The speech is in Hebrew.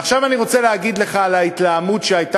ועכשיו אני רוצה להגיד לך על ההתלהמות שהייתה